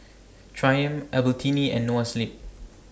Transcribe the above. Triumph Albertini and Noa Sleep